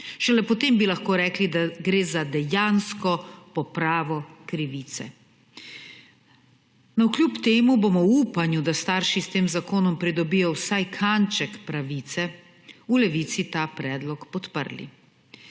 Šele potem bi lahko rekli, da gre za dejansko popravo krivice. Navkljub temu bomo v upanju, da starši s tem zakonom pridobijo vsaj kanček pravice, v Levici ta predlog podprli.